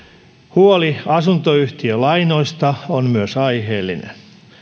huoli asuntoyhtiölainoista on myös aiheellinen